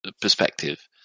perspective